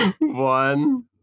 one